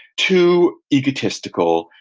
too egotistical,